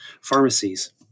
pharmacies